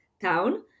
town